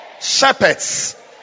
Shepherds